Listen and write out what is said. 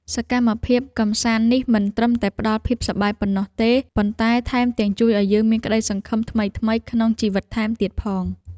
សកម្មភាពកម្សាន្តនេះមិនត្រឹមតែផ្ដល់ភាពសប្បាយប៉ុណ្ណោះទេប៉ុន្តែថែមទាំងជួយឱ្យយើងមានក្ដីសង្ឃឹមថ្មីៗក្នុងជីវិតថែមទៀតផង។